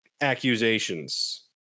accusations